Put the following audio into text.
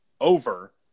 over